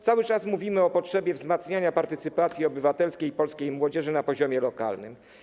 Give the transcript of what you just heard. Cały czas mówimy o potrzebie wzmacniania partycypacji obywatelskiej polskiej młodzieży na poziomie lokalnym.